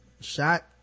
shot